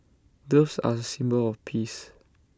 doves are A symbol of peace